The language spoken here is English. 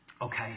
Okay